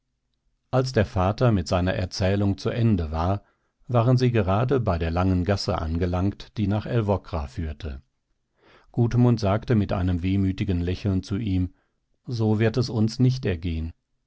als der vater mit seiner erzählung zu ende war waren sie gerade bei der langen gasse angelangt die nach älvkra führte gudmund sagte mit einem wehmütigen lächeln zu ihm so wird es uns nicht ergehen